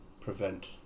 prevent